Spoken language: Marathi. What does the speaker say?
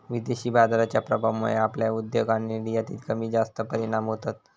विदेशी बाजाराच्या प्रभावामुळे आपल्या उद्योग आणि निर्यातीत कमीजास्त परिणाम होतत